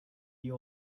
you